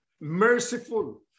merciful